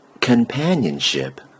Companionship